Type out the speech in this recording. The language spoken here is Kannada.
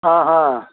ಹಾಂ ಹಾಂ